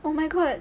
oh my god